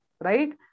right